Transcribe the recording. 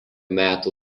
metų